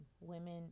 women